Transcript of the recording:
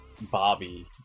Bobby